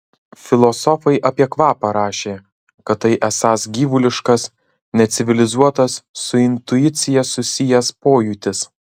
filosofai apie kvapą rašė kad tai esąs gyvuliškas necivilizuotas su intuicija susijęs pojūtis